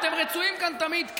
אתם רצויים כאן תמיד,